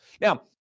Now